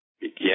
begin